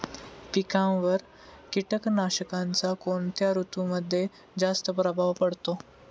पिकांवर कीटकनाशकांचा कोणत्या ऋतूमध्ये जास्त प्रभाव पडतो?